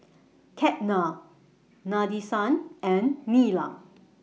Ketna Nadesan and Neelam